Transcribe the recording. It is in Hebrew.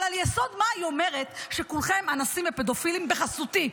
אבל על יסוד מה היא אומרת שכולכם אנסים ופדופילים בחסותי?